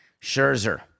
Scherzer